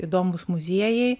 įdomūs muziejai